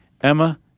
Emma